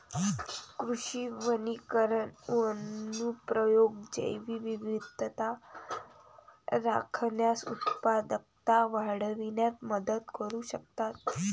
कृषी वनीकरण अनुप्रयोग जैवविविधता राखण्यास, उत्पादकता वाढविण्यात मदत करू शकतात